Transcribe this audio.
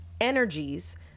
energies